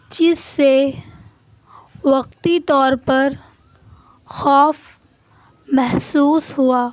جس سے وقتی طور پر خوف محسوس ہوا